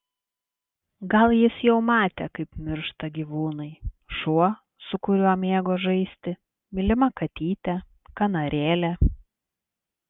gal jis jau matė kaip miršta gyvūnai šuo su kuriuo mėgo žaisti mylima katytė kanarėlė